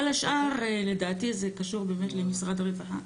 כל השאר לדעתי קשור למשרד הרווחה.